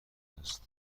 است